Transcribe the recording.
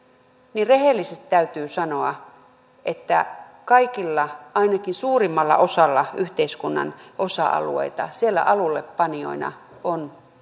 niin rehellisesti täytyy sanoa että kaikilla ainakin suurimmalla osalla yhteiskunnan osa alueita alullepanijoina on